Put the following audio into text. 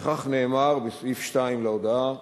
וכך נאמר בסעיף 2 להודעה: